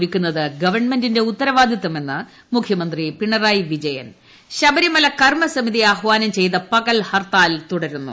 ഒരുക്കുന്നത് ഗവൺമെന്റിന്റെ ഉത്തരവാദിത്തമെന്ന് മുഖ്യമന്ത്രി പിണറായി വിജയൻ ശബരിമല കർമ്മസമിതി ആഹ്വാനം ചെയ്ത പകൽ ഹർത്താൽ തുടരുന്നു